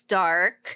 dark